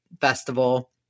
festival